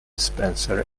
spencer